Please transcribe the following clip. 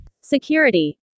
Security